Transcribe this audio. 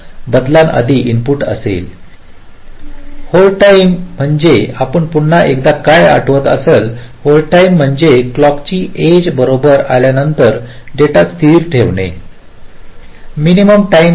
पहा hold time म्हणजे आपण पुन्हा एकदा काय आठवत असाल होल्ड टाइम म्हणजे क्लॉक ची एज बरोबर आल्यानंतर डेटा स्थिर ठेवणे मिनिमम टाईम आहे